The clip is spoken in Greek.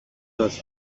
σας